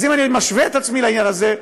אז אם אני משווה את עצמי בעניין הזה,